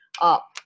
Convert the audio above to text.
up